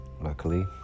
luckily